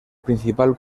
principal